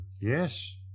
yes